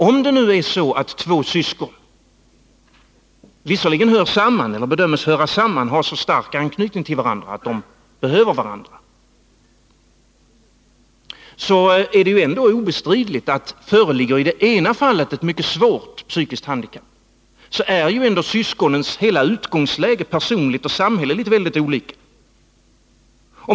Om det nu är så att två syskon visserligen bedöms höra samman, har så stark anknytning till varandra att de behöver varandra, är det ändå obestridligt att, om det i det ena fallet föreligger ett mycket svårt psykiskt handikapp, syskonens hela utgångsläge personligt och samhälleligt är mycket olika.